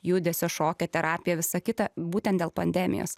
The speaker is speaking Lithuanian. judesio šokio terapija visa kita būtent dėl pandemijos